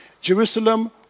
Jerusalem